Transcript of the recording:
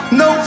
no